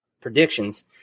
predictions